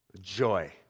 joy